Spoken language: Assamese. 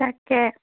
তাকে